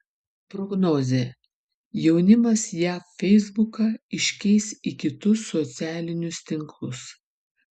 prognozė jaunimas jav feisbuką iškeis į kitus socialinius tinklus